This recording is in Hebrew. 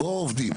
פה עובדים.